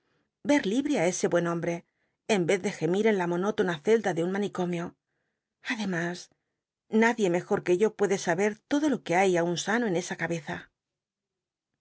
ver libre á ese buen hombl'c en vez de gemit en la monótona celda de un manicomio ademas nadie mejor que yo puede saber todo lo que hay aun sano en esa cabeza